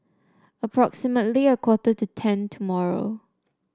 approximately a quarter to ten tomorrow